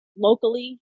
locally